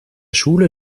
schule